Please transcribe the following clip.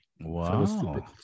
wow